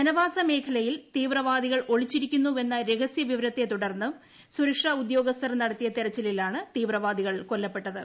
ജനവാസ്ക് മേഖ്ലയിൽ തീവ്രവാദികൾ ഒളിച്ചിരിക്കുന്നുവെന്ന രഹ്സ്യ വിവരത്തെ തുടർന്ന് സുരക്ഷാ ഉദ്യോഗസ്ഥർ നടത്തിയ തിരച്ചിലിലാണ് തീവ്രവാദികൾ കൊല്ലപ്പെട്ടത്